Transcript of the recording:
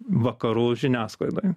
vakarų žiniasklaidoje